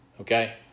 okay